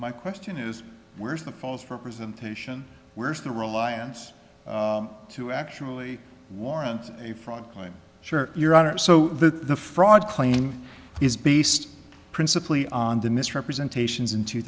my question is where's the falls for presentation where's the reliance to actually warrant a front line share your honor so that the fraud claim is based principally on the misrepresentations in two